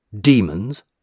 Demons